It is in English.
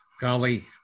golly